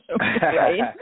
right